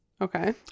Okay